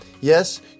Yes